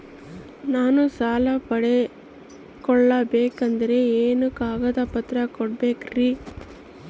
ನಾನು ಸಾಲ ಪಡಕೋಬೇಕಂದರೆ ಏನೇನು ಕಾಗದ ಪತ್ರ ಕೋಡಬೇಕ್ರಿ?